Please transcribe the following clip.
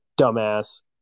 dumbass